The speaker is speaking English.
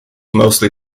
mostly